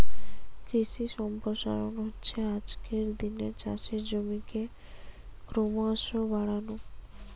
কৃষি সম্প্রসারণ হচ্ছে আজকের দিনে চাষের জমিকে ক্রোমোসো বাড়ানো